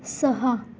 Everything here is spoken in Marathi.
सहा